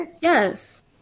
Yes